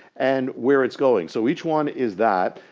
and where it's going. so each one is that,